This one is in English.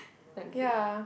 okay